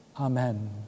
Amen